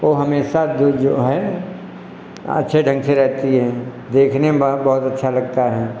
वह हमेशा दो जो है अच्छे ढंग से रहती है देखने में बहुत अच्छा लगता है